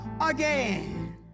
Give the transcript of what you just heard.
again